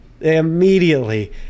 immediately